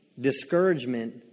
Discouragement